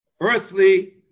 earthly